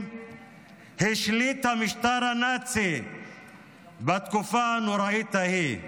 השליט המשטר הנאצי בתקופה הנוראית ההיא: